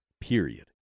period